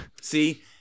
See